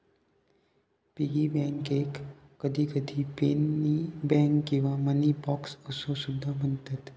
piggy बँकेक कधीकधी penny bank किंवा मनी बॉक्स असो सुद्धा म्हणतत